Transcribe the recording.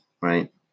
right